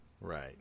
Right